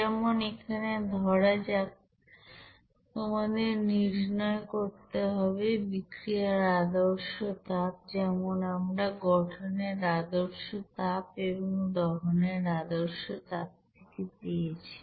যেমন এখানে ধরা যাক তোমাদের নির্ণয় করতে হবে বিক্রিয়ার আদর্শ তাপ যেমন আমরা গঠনের আদর্শ তাপ এবং দহনের আদর্শ তাপ থেকে পেয়েছি